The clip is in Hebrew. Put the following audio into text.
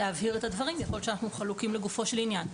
להבהיר את הדברים - יכול להיות שאנחנו חלוקים לגופו של עניין.